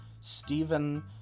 Stephen